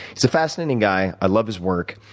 he's a fascinating guy. i love his work.